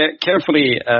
Carefully